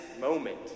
moment